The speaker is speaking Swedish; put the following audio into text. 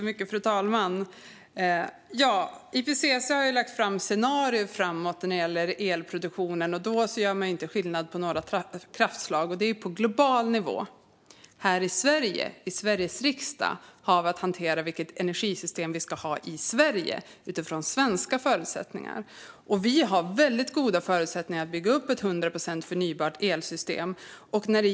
Fru talman! IPCC har lagt fram scenarier framåt vad gäller elproduktionen. Där gör man inte skillnad på kraftslag, och det handlar om global nivå. I Sverige och i Sveriges riksdag, har vi att hantera vilket energisystem vi ska ha här i Sverige, utifrån svenska förutsättningar. Vi har väldigt goda förutsättningar för att bygga upp ett hundraprocentigt förnybart elsystem.